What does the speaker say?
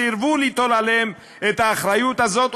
סירבו ליטול עליהם את האחריות הזאת,